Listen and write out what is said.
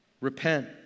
repent